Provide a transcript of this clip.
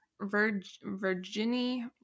Virginie